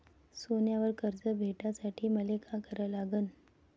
सोन्यावर कर्ज भेटासाठी मले का करा लागन?